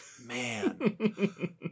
Man